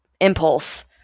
impulse